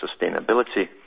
sustainability